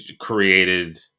created